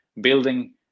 building